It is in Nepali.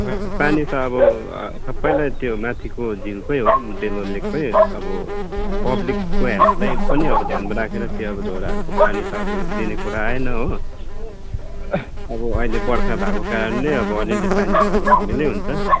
खोइ पानी त अब सबैलाई त्यो माथिको झिलकै हो डेलो लेककै अब पब्लिकको हेल्थलाई पनि अब ध्यानमा राखेर त्यो अब झोडाहरूको पानी त अब दिने कुरा आएन हो अब अहिले बर्खा भएको कारणले अब अलिअलि पानी त अब धमिलै हुन्छ